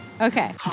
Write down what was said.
Okay